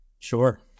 Sure